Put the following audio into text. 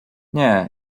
nie